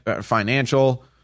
financial